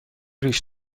ریش